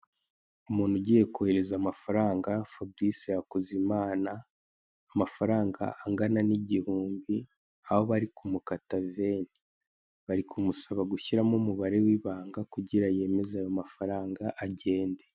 Umuntu ugiye kohereza amafaranga Fabrice Hakuzimana amafaranga angana n'igihumbi aho bari kumukata veni. Bari kumusaba gushyiramo umubare w'ibanga kugira yemeze ayo mafaranga agende.